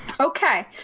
Okay